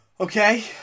Okay